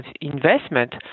investment